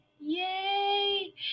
Yay